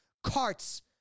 Carts